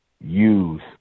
use